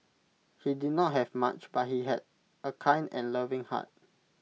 he did not have much but he had A kind and loving heart